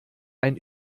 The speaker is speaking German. ein